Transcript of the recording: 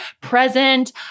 present